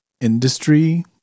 industry